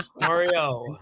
mario